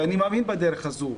ואני מאמין בדרך הזו,